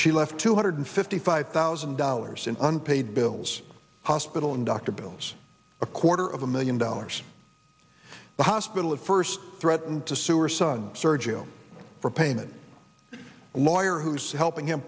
she left two hundred fifty five thousand dollars in unpaid bills hospital and doctor bills a quarter of a million dollars the hospital at first threatened to sue or son sergio for payment lawyer who's helping him